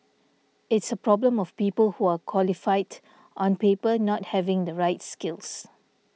it's a problem of people who are qualified on paper not having the right skills